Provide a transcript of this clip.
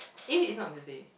if it's not on Tuesday